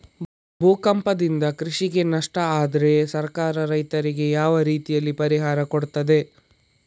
ಭೂಕಂಪದಿಂದ ಕೃಷಿಗೆ ನಷ್ಟ ಆದ್ರೆ ಸರ್ಕಾರ ರೈತರಿಗೆ ಯಾವ ರೀತಿಯಲ್ಲಿ ಪರಿಹಾರ ಕೊಡ್ತದೆ?